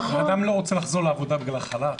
אדם לא רוצה לחזור לעבודה בגלל החל"ת?